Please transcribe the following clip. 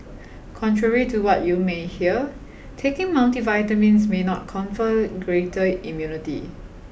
contrary to what you may hear taking multivitamins may not confer greater immunity